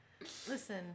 Listen